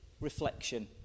reflection